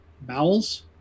Bowels